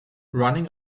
running